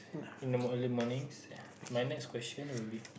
in the early mornings ya my next question would be